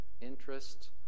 interest